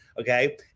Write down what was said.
okay